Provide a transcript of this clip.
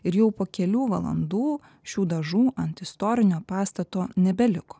ir jau po kelių valandų šių dažų ant istorinio pastato nebeliko